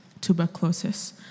tuberculosis